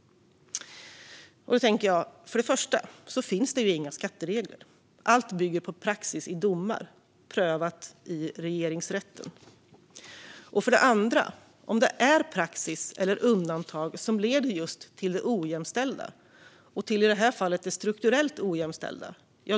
För det första finns det alltså inga skatteregler, utan allt bygger på praxis från domar i mål prövade i regeringsrätten. För det andra är det ju just praxis och undantag som måste ändras om det är de som leder till det ojämställda - i det här fallet det strukturellt ojämställda.